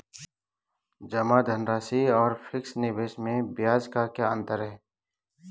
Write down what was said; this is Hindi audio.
जमा धनराशि और फिक्स निवेश में ब्याज का क्या अंतर है?